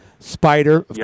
Spider